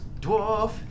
Dwarf